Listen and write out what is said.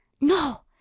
No